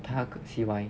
他 C_Y